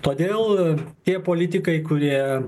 todėl tie politikai kurie